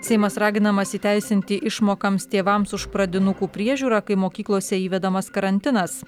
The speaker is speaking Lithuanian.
seimas raginamas įteisinti išmokams tėvams už pradinukų priežiūrą kai mokyklose įvedamas karantinas